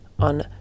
on